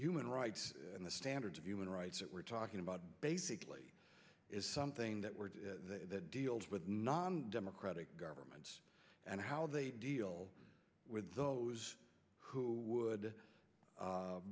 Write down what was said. human rights and the standards of human rights that we're talking about basically is something that we're that deals with non democratic governments and how they deal with those who would